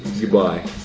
goodbye